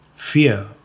Fear